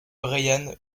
brian